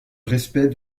respect